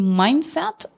mindset